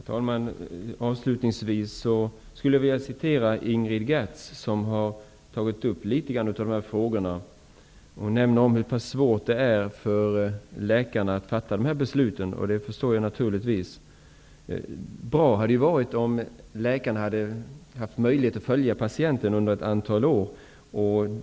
Herr talman! Avslutningsvis skulle jag vilja hänvisa till Ingrid Gertz, som har tagit upp en del av de här frågorna. Hon påpekar hur svårt det är för läkarna att fatta dessa beslut, och det förstår jag naturligtvis. Det hade varit bra om läkarna hade haft möjlighet att följa patienten under ett antal år.